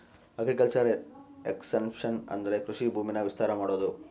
agriculture expansion ಅಂದ್ರೆ ಕೃಷಿ ಭೂಮಿನ ವಿಸ್ತಾರ ಮಾಡೋದು